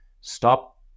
stop